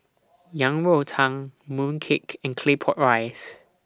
Yang Rou Tang Mooncake and Claypot Rice